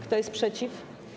Kto jest przeciw?